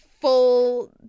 full